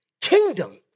kingdom